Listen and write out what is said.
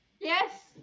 Yes